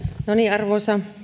arvoisa